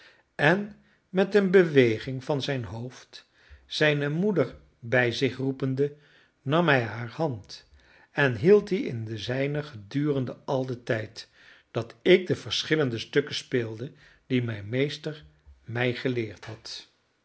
en met een beweging van zijn hoofd zijne moeder bij zich roepende nam hij hare hand en hield die in de zijne gedurende al den tijd dat ik de verschillende stukken speelde die mijn meester mij geleerd had